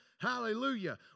Hallelujah